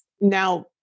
now